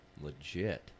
Legit